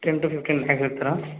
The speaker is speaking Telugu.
టెన్ టు ఫిఫ్టీన్ లాక్స్ కడతారా